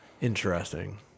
Interesting